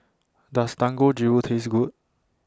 Does Dangojiru Taste Good